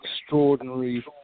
extraordinary